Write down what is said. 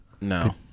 No